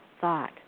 thought